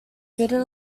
fitted